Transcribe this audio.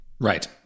Right